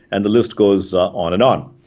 and the list goes on and on.